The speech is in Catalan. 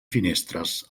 finestres